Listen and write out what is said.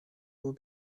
will